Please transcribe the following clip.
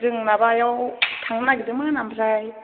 जों माबायाव थांनो नागिरदोंमोन आमफ्राय